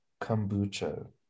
kombucha